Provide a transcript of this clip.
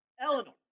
Eleanor